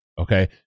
okay